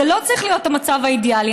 זה לא צריך להיות המצב האידיאלי.